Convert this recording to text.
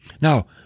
Now